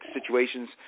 situations